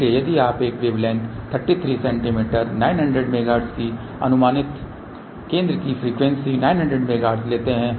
इसलिए यदि आप एक वेवलेंथ 33 सेमी 900 मेगाहर्ट्ज की अनुमानित केंद्र की फ़्रीक्वेंसी 900 मेगाहर्ट्ज लेते हैं